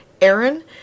Aaron